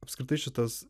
apskritai šitas